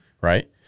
right